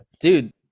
dude